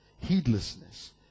heedlessness